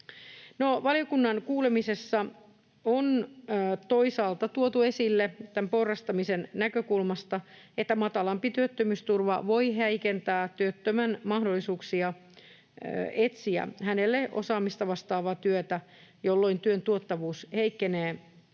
valiokunnan kuulemisessa on toisaalta tuotu esille tämän porrastamisen näkökulmasta, että matalampi työttömyysturva voi heikentää työttömän mahdollisuuksia etsiä hänelle osaamista vastaavaa työtä, jolloin työn tuottavuus heikkenee